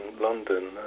London